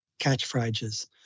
catchphrases